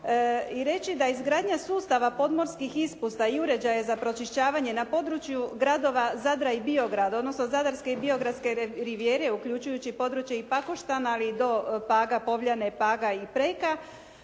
I reći da će izgradnja sustava podmorskih ispusta i uređaja za pročišćavanje na području gradova Zadra i Biograda, odnosno zadarske i biogradske rivijere, uključujući i područje Pakoštana, ali do Paga, Povljane, Paga i